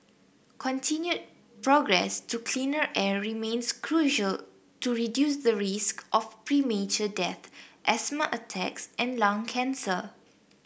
continued progress to cleaner air remains crucial to reduce the risk of premature death asthma attacks and lung cancer